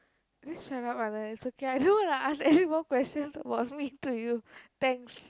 just shut up Anand it's okay I don't want to ask anymore questions about me to you thanks